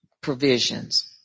provisions